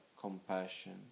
compassion